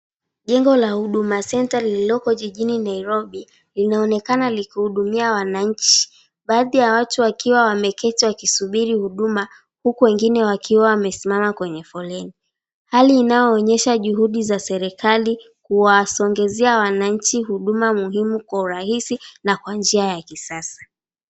Jengo la Huduma Center lililoko jijini Nairobi linaonekana likihudumia wananchi. Baadhi ya watu wakiwa wameketi wakisubiri huduma huku wengine wakiwa wamesimama kwenye foleni. Hali inayoonyesha juhudi za serikali kuwasongezea wananchi huduma muhimu kwa urahisi na kwa njia ya kisasa.